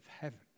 heaven